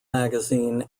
magazine